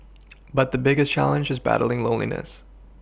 but the biggest challenge is battling loneliness